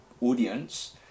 audience